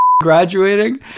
graduating